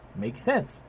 makes sense.